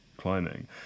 climbing